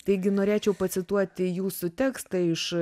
taigi norėčiau pacituoti jūsų tekstą iš